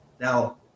Now